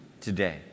today